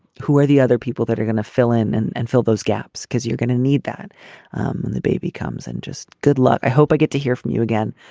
who are the other people that are going to fill in and and fill those gaps? because you're going to need that when and the baby comes. and just good luck. i hope i get to hear from you again.